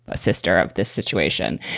a sister of this situation.